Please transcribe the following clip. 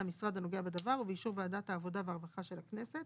המשרד הנוגע בדבר ובאישור ועדת העבודה והרווחה של הכנסת."